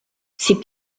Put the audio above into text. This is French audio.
ses